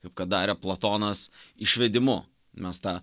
kaip kad darė platonas išvedimu mes tą